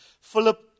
Philip